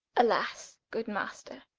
alas, good master,